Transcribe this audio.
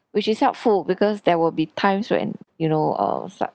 which is helpful because there will be times when you know err it's like